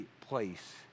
place